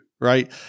right